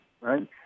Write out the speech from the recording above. right